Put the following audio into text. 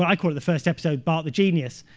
i call it the first episode, bart the genius.